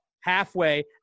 halfway